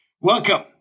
Welcome